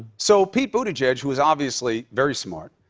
so pete buttigieg, who is obviously very smart,